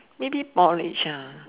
maybe porridge lah